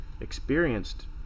experienced